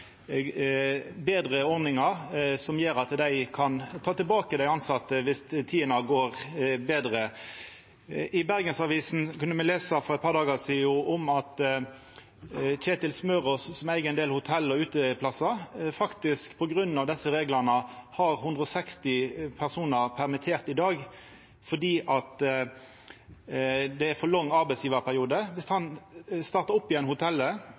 betre ordningar, som gjer at dei kan ta tilbake dei tilsette viss tidene blir betre. I Bergensavisen kunne me for eit par dagar sidan lese om at Kjetil Smørås, som eig ein del hotell og utestadar, på grunn av desse reglane har 160 personar som er permitterte i dag, for det er ein for lang arbeidsgjevarperiode. Viss han startar opp igjen hotellet,